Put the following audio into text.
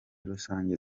rusange